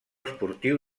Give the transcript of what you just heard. esportiu